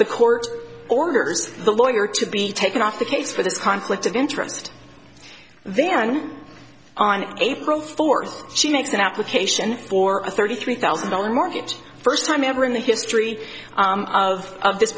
the court orders the lawyer to be taken off the case for this conflict of interest then on april fourth she makes an application for a thirty three thousand dollars mortgage first time ever in the history of this